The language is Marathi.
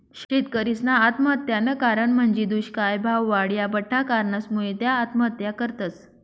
शेतकरीसना आत्महत्यानं कारण म्हंजी दुष्काय, भाववाढ, या बठ्ठा कारणसमुये त्या आत्महत्या करतस